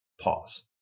pause